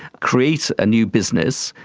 create a new business,